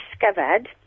discovered